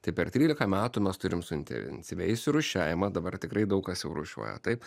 tai per trylika metų mes turim suintensyvėjusį rūšiavimą dabar tikrai daug kas jau rūšiuoja taip